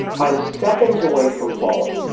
i'm seconds away from falling,